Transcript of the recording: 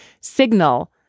signal